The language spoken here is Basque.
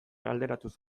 alderatuz